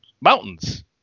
Mountains